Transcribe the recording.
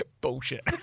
Bullshit